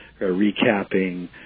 recapping